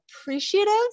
appreciative